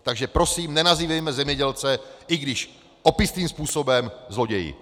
Takže prosím, nenazývejme zemědělce, i když opisným způsobem, zloději.